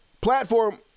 platform